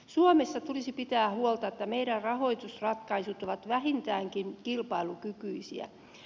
suomessa tulisi pitää huolta että meidän rahoitusratkaisumme ovat vähintäänkin kilpailukykyisiä